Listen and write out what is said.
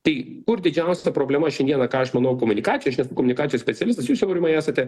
tai kur didžiausia problema šiandieną ką aš manau komunikacijoj aš nesu komunikacijos specialistas jūs aurimai esate